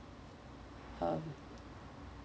um